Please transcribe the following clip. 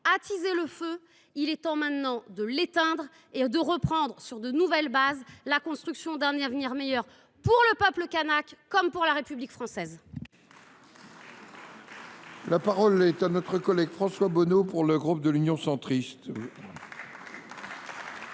attisé le feu. Il est maintenant temps de l’éteindre et de reprendre sur de nouvelles bases la construction d’un avenir meilleur pour le peuple kanak comme pour la République française. La parole est à M. François Bonneau, pour le groupe Union Centriste.